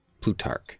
Plutarch